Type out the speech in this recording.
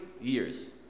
years